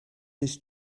his